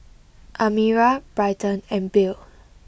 Amira Bryton and Bill